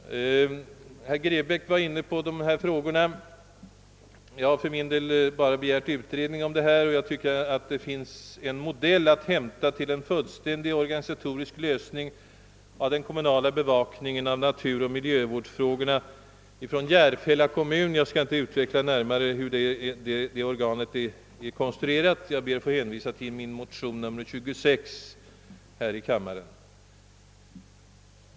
Herr Grebäck var inne på dessa frågor. Jag har för min del bara begärt en utredning om detta. Jag kan tillägga att Järfälla kommun kan tillhandahålla en modell till en fullständig organisatorisk lösning av den primärkommunala bevakningen av naturoch miljövårdsfrågorna. Jag skall inte närmare utveckla hur det organet är konstruerat. Jag ber att få hänvisa till min motion nr 26 i denna kammare.